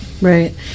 Right